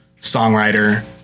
songwriter